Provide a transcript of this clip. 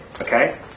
Okay